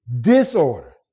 disorder